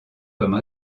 comme